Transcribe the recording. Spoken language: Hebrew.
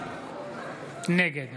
נגד